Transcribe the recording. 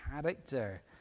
character